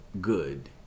good